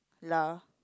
lah